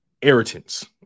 irritants